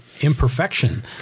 imperfection